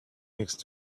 next